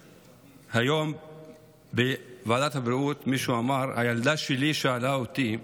היום בוועדת הבריאות מישהו אמר: הילדה שלי שאלה אותי: